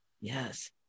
Yes